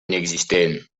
inexistent